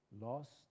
lost